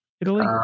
Italy